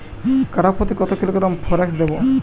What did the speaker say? কাঠাপ্রতি কত কিলোগ্রাম ফরেক্স দেবো?